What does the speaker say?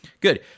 Good